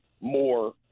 more